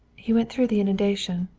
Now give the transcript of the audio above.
he went through the inundation?